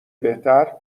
بهتر